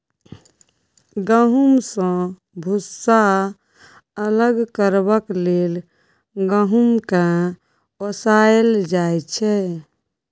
गहुँम सँ भुस्सा अलग करबाक लेल गहुँम केँ ओसाएल जाइ छै